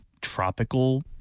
tropical